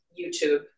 YouTube